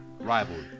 Rivalry